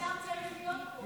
שר צריך להיות פה.